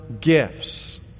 gifts